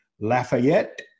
Lafayette